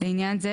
לעניין זה,